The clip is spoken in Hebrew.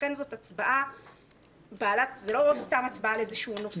לכן זאת לא סתם הצבעה על איזשהו נושא.